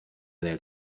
del